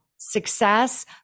Success